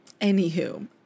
Anywho